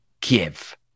Kiev